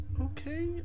Okay